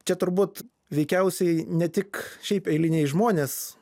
čia turbūt veikiausiai ne tik šiaip eiliniai žmonės